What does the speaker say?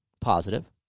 positive